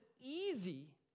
easy